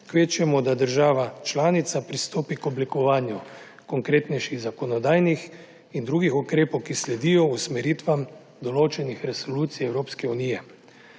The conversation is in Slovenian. Kvečjemu država članica pristopi k oblikovanju konkretnejših zakonodajnih in drugih ukrepov, ki sledijo usmeritvam določenih resolucij Evropske unije.